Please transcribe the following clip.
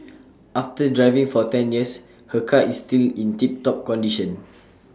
after driving for ten years her car is still in tip top condition